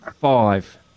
five